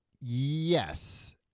Yes